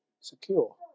secure